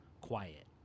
quiet